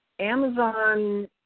Amazon –